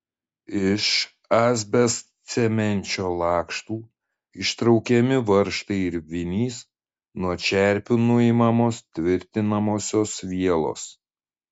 iš asbestcemenčio lakštų ištraukiami varžtai ar vinys nuo čerpių nuimamos tvirtinamosios vielos